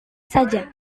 saja